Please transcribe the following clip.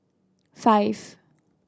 five